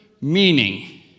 meaning